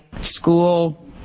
school